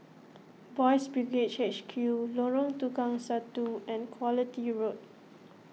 Boys' Brigade H Q Lorong Tukang Satu and Quality Road